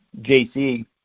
JC